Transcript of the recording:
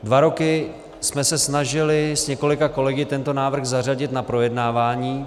Dva roky jsme se snažili s několika kolegy tento návrh zařadit na projednávání.